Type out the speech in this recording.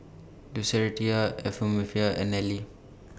Lucretia and Nellie